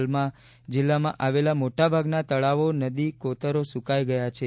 હાલમાં જિલ્લામાં આવેલા મોટાભાગના તળાવો નદી કોતરો સુકાઇ ગયા છે